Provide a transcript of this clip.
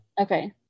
Okay